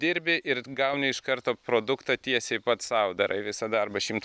dirbi ir gauni iš karto produktą tiesiai pats sau darai visą darbą šimtu